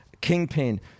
Kingpin